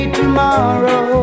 tomorrow